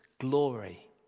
glory